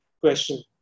question